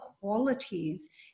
qualities